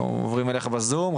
אנחנו עוברים אליך בזום.